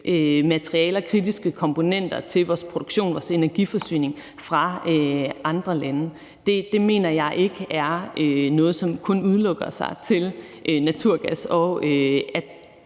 materialer og kritiske komponenter til vores produktion og energiforsyning fra andre lande. Det mener jeg ikke er noget, som begrænser sig til naturgas og